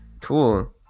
Cool